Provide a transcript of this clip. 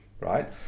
right